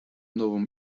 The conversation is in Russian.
новым